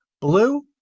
blue